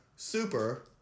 Super